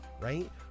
right